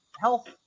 Health